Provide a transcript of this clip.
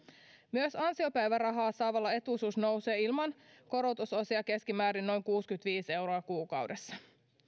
myös ansiopäivärahaa saavalla etuisuus nousee ilman korotusosia keskimäärin noin kuusikymmentäviisi euroa kuukaudessa